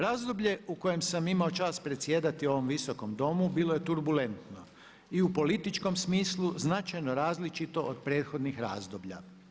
Razdoblje u kojem sam imao čast predsjedati u ovom visokom domu bilo je turbulentno i u političkom smislu značajno različito od prethodnih razdoblja.